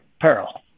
peril